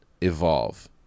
evolve